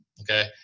Okay